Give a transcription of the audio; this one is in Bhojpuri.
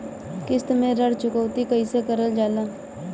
किश्त में ऋण चुकौती कईसे करल जाला?